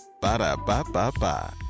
Ba-da-ba-ba-ba